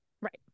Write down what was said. Right